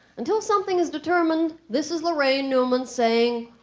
until something is determined, this is laraine newman saying.